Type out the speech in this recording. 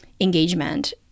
engagement